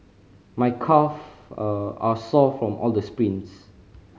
my calve a are sore from all the sprints